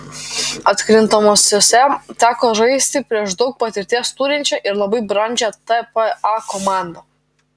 atkrintamosiose teko žaisti prieš daug patirties turinčią ir labai brandžią tpa komandą